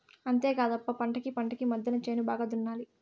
అంతేకాదప్ప పంటకీ పంటకీ మద్దెన చేను బాగా దున్నాలి